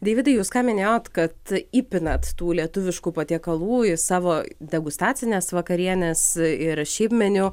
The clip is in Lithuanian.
deividai jūs ką minėjot kad įpinat tų lietuviškų patiekalų į savo degustacines vakarienes ir šiaip meniu